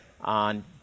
on